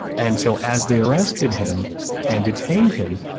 and so as they arrested him and detained him,